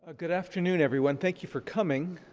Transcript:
ah good afternoon, everyone. thank you for coming.